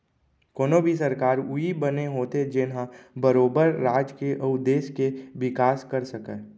कोनो भी सरकार उही बने होथे जेनहा बरोबर राज के अउ देस के बिकास कर सकय